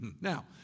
Now